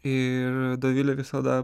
ir dovilė visada